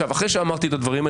אחרי שאמרתי את הדברים האלה,